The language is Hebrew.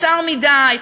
קצר מדי,